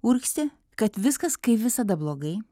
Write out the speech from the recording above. urgzti kad viskas kaip visada blogai